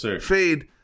Fade